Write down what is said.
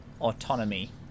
autonomy